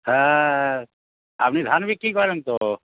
হ্যাঁ আপনি ধান বিক্রি করেন তো